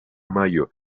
mayo